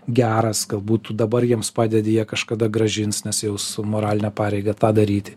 geras galbūt tu dabar jiems padedi jie kažkada grąžins nes jau su moraline pareiga tą daryti